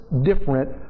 different